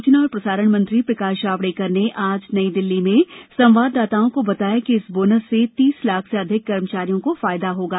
सूचना और प्रसारण मंत्री प्रकाश जावड़ेकर ने आज नई दिल्ली में संवाददाताओं को बताया कि इस बोनस से तीस लाख से अधिक कर्मचारियों को फायदा होगा